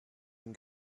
and